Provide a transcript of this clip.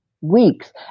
weeks